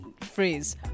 phrase